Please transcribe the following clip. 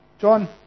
John